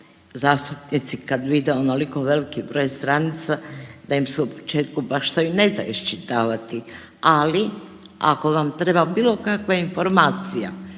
zastupnici kad vide onoliko veliki broj stranica da im se u početku baš to i ne da iščitavati. Ali ako vam treba bilo kakva informacija